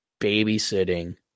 babysitting